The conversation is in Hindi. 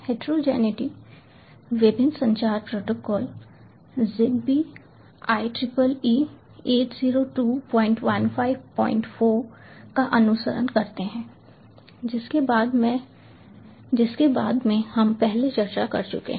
हेटेरोजेनेटी विभिन्न संचार प्रोटोकॉल ZigBee IEEE802154 का अनुसरण करते हैं जिसके बारे में हम पहले चर्चा कर चुके हैं